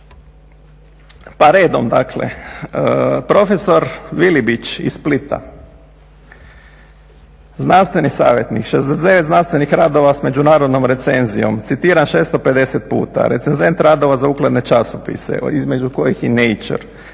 Pa redom dakle, prof. Vilibić iz Splita, znanstveni savjetnik, 69 znanstvenih radova s međunarodnom recenzijom, citiran 650 puta, recenzent radova za ugledne časopise između kojih i "NATURE",